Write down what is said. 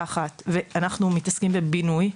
ואנחנו מתעסקים בבינוי,